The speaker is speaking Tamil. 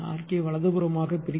கே வலதுபுறமாக பிரிக்கவும்